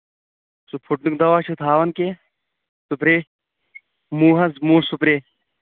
سُہ پُھٹنُک دَواہ چھا تھاوان کیٚنٛہہ سُپرے موٗو حظ موٗو سُپرے